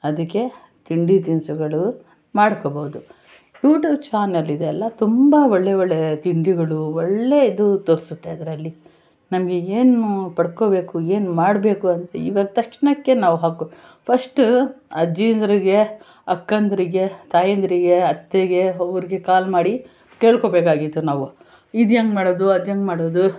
ಅದಕ್ಕೆ ತಿಂಡಿ ತಿನಿಸುಗಳು ಮಾಡ್ಕೊಬೋದು ಯೂಟ್ಯೂಬ್ ಚಾನಲ್ ಇದೆಯಲ್ಲ ತುಂಬ ಒಳ್ಳೆಯ ಒಳ್ಳೆಯ ತಿಂಡಿಗಳು ಒಳ್ಳೆಯ ಇದು ತೋರಿಸುತ್ತೆ ಅದರಲ್ಲಿ ನಮಗೆ ಏನು ಪಡ್ಕೋಬೇಕು ಏನು ಮಾಡಬೇಕು ಅಂತ ಇವಾಗ ತಕ್ಷಣಕ್ಕೆ ನಾವು ಹಾಕ್ಕೋ ಫಸ್ಟ ಅಜ್ಜಿಯಂದಿರಿಗೆ ಅಕ್ಕಂದಿರಿಗೆ ತಾಯಂದಿರಿಗೆ ಅತ್ತೆಗೆ ಅವ್ರಿಗೆ ಕಾಲ್ ಮಾಡಿ ಕೇಳ್ಕೊಬೇಕಾಗಿತ್ತು ನಾವು ಇದು ಹೆಂಗ್ ಮಾಡೋದು ಅದು ಹೆಂಗ್ ಮಾಡೋದು